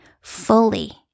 fully